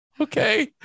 okay